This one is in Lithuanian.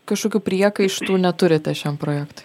kažkokių priekaištų neturite šiam projektui